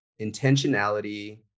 intentionality